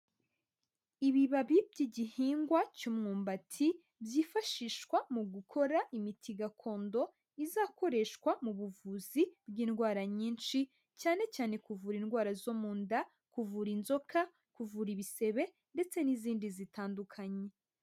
Ibibabi by'igihingwa cy'umwumbati, byifashishwa mu gukora imiti gakondo, izakoreshwa mu buvuzi bw'indwara nyinshi, cyane cyane kuvura indwara zo mu nda, kuvura inzoka, kuvura ibisebe, ndetse n'izindi zitandukanye.